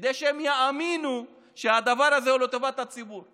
כדי שהם יאמינו שהדבר הזה הוא לטובת הציבור.